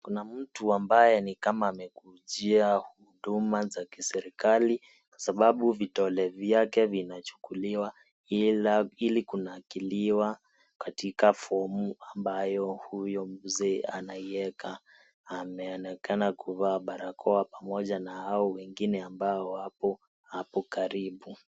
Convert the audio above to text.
Kuna mtu ambaye ni kama amekujia huduma za kiserikali, kwa sababu vidole vyake vinachukuliwa ili kunakiliwa katika fomu ambayo huyo mzee anaiweka. Ameonekana kuvaa barakoa pamoja na hao wengine ambao wapo hapo Karibu.